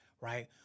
right